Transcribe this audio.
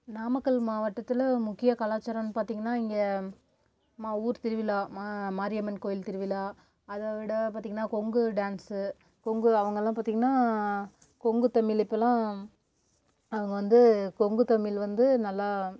நாமக்கல் மாவட்டத்தில் முக்கிய கலாச்சாரம்னு பார்த்தீங்கனா இங்கே ம ஊர் திருவிழா மா மாரியம்மன் கோவில் திருவிழா அதைவிட பார்த்தீங்கனா கொங்கு டான்ஸ்ஸு கொங்கு அவங்கள்லாம் பார்த்தீங்கனா கொங்கு தமிழ் இப்போல்லாம் அவங்க வந்து கொங்கு தமிழ் வந்து நல்லா